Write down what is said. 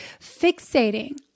Fixating